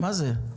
מה זה?